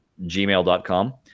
gmail.com